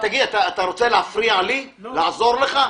--- אתה רוצה להפריע לי לעזור לך?